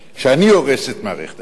שאני הורס את מערכת המשפט.